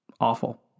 awful